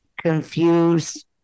confused